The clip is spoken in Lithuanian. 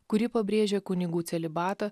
kuri pabrėžia kunigų celibatą